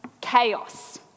chaos